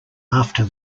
after